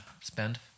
spend